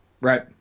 right